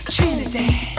Trinidad